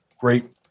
great